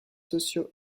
socio